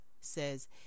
says